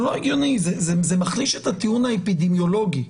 זה מחליש את הטיעון האפידמיולוגי.